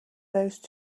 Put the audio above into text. those